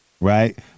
Right